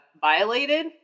violated